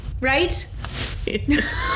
right